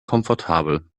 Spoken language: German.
komfortabel